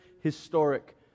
historic